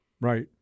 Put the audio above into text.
Right